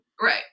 Right